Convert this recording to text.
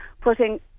putting